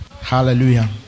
Hallelujah